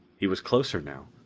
he was closer now.